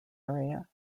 area